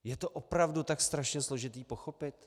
Je to opravdu tak strašně složité pochopit?